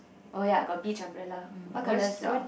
oh ya got beach umbrella what colour is yours